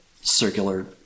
circular